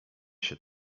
się